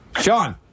Sean